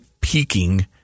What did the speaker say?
peaking